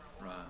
Right